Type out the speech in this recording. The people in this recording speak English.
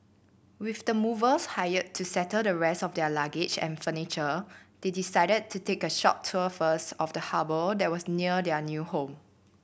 with the movers hired to settle the rest of their luggage and furniture they decided to take a short tour first of the harbour that was near their new home